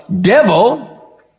devil